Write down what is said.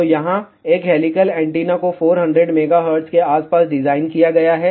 तो यहां एक हेलिकल एंटीना को 400 MHz के आसपास डिजाइन किया गया है